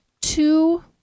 two